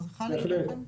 בהחלט כן.